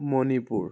Manipur